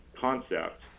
concept